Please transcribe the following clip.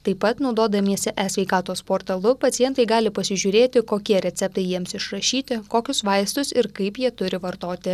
taip pat naudodamiesi e sveikatos portalu pacientai gali pasižiūrėti kokie receptai jiems išrašyti kokius vaistus ir kaip jie turi vartoti